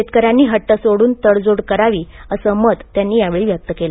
शेतक यांनी हट्ट सोडून तडजोड करावी असे मत त्यांनी यावेळी व्यक्त केले